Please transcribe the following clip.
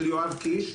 של יואב קיש,